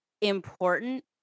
important